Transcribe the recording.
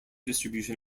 distribution